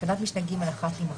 תקנה משנה (ג1) תימחק.